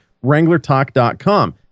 WranglerTalk.com